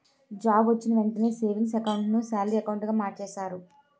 job వొచ్చిన వెంటనే savings account ను సాలరీ అకౌంటుగా మార్చేస్తారు